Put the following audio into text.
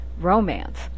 romance